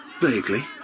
Vaguely